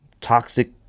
toxic